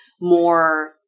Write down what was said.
more